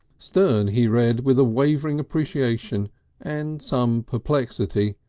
sterne he read with a wavering appreciation and some perplexity,